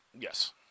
Yes